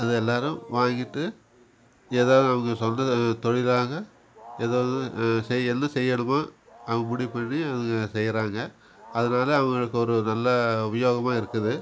அது எல்லோரும் வாங்கிட்டு எதா அவங்க சொல்றதை தொழிலாக எதாவது செய் என்ன செய்கிறமோ அவங்க முடிவு பண்ணி அவங்க செய்கிறாங்க அதனால அவங்களுக்கு ஒரு நல்ல உபயோகமாக இருக்குது